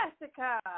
Jessica